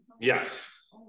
Yes